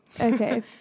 Okay